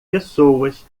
pessoas